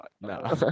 no